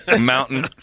mountain